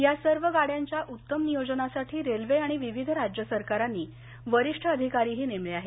या सर्व गाड़यांच्या उत्तम नियोजनासाठी रेल्वे आणि विविध राज्य सरकारांनी वरिष्ठ अधिकारी नेमले आहेत